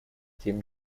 тем